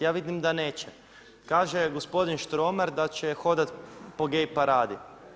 Ja vidim da neće, kaže gospodin Štromar, da će hodati po gay paradi.